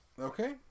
Okay